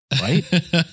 right